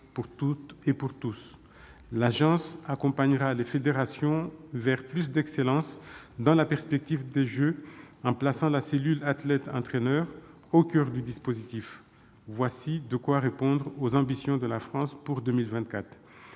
pour toutes et tous. Elle accompagnera les fédérations vers plus d'excellence dans la perspective des Jeux en plaçant la cellule athlètes-entraîneurs au coeur du dispositif. Voilà de quoi répondre aux ambitions de la France pour 2024.